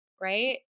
right